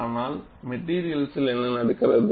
ஆனால் மெட்டீரியலில் என்ன நடக்கிறது